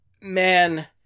man